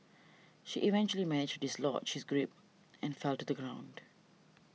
she eventually managed dislodge she's grip and fell to the ground